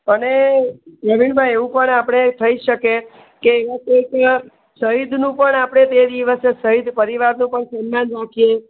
અને પ્રવીણભાઈ એવું પણ આપણે થઈ શકે કે એવું કોઇકનું શહિદનું પણ આપણે તે દિવસે શહિદ પરિવારનું પણ સન્માન રાખીએ